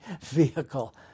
vehicle